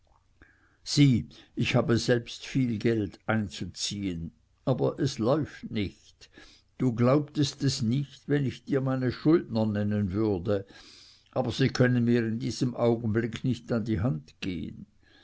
sieh ich habe selbst viel geld einzuziehen aber es läuft nicht du glaubtest es nicht wenn ich dir meine schuldner nennen würde aber sie können mir in diesem augenblick nicht an die hand gehen